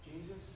Jesus